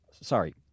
Sorry